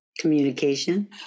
communication